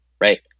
Right